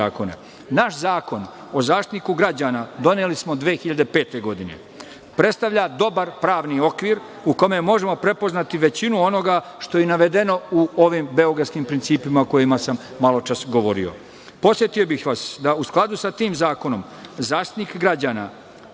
Zakon o Zaštitniku građana doneli smo 2005. godine. Predstavlja dobar pravni okvir u kome možemo prepoznati većinu onoga što je navedeno u ovim beogradskim principima, o kojima sam maločas govorio. Podsetio bih vas da u skladu sa tim zakonom Zaštitnik građana